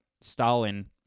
Stalin